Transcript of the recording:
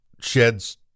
Shed's